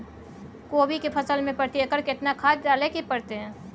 कोबी के फसल मे प्रति एकर केतना खाद डालय के परतय?